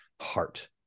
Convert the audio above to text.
heart